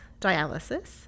dialysis